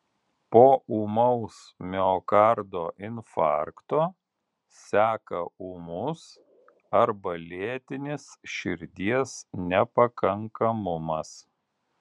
po ūmaus miokardo infarkto seka ūmus arba lėtinis širdies nepakankamumas